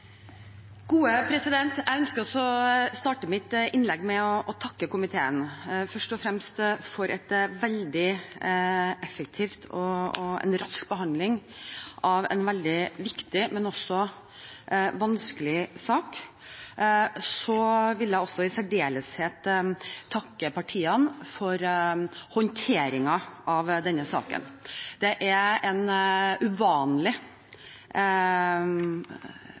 fremst for en veldig effektiv og rask behandling av en veldig viktig, men også vanskelig sak. Så vil jeg også i særdeleshet takke partiene for håndteringen av denne saken. Det er en uvanlig